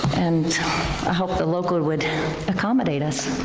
and i hope the local would accommodate us.